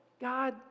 God